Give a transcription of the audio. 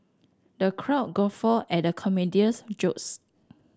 the crowd guffawed at the comedian's jokes